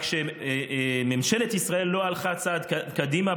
רק שממשלת ישראל לא הלכה צעד קדימה,